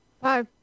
Bye